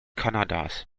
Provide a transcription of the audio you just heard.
kanadas